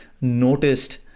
noticed